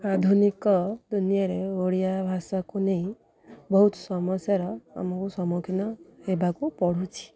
ଆଧୁନିକ ଦୁନିଆରେ ଓଡ଼ିଆ ଭାଷାକୁ ନେଇ ବହୁତ ସମସ୍ୟାର ଆମକୁ ସମ୍ମୁଖୀନ ହେବାକୁ ପଡ଼ୁଛି